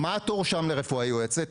מה התור שם לרפואה יועצת?